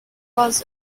buzz